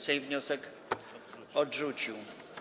Sejm wniosek odrzucił.